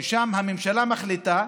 ששם הממשלה מחליטה,